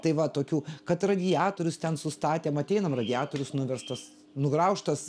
tai va tokių kad radiatorius ten sustatėm ateinam radiatorius nuverstas nugraužtas